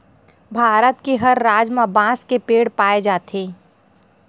भारत के हर राज म बांस के पेड़ पाए जाथे